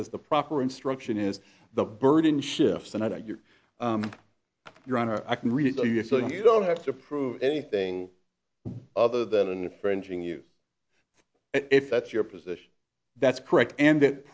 says the proper instruction is the burden shifts and i doubt your your honor i can read it to you so you don't have to prove anything other than a frenching you if that's your position that's correct and it